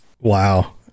Wow